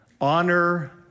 Honor